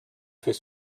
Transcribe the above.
fait